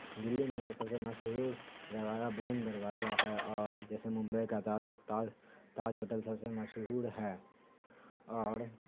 دلی میں سب سے مشہور دروازہ بلند دروازہ ہے اور جیسے ممبئی کا تاج تاج تاج ہوٹل سب سے مشہور ہے اور